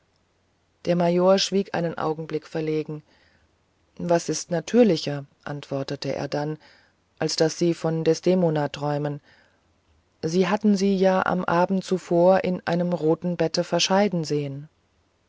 der major schwieg einen augenblick verlegen was ist natürlicher antwortete er dann als daß sie von desdemona träumen sie hatten sie ja am abende zuvor in einem roten bette verscheiden sehen